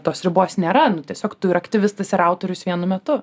tos ribos nėra nu tiesiog tu ir aktyvistas ir autorius vienu metu